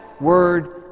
word